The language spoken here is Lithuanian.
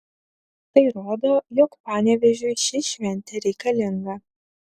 tai rodo jog panevėžiui ši šventė reikalinga